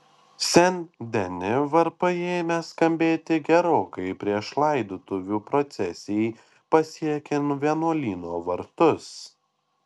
sen deni varpai ėmė skambėti gerokai prieš laidotuvių procesijai pasiekiant vienuolyno vartus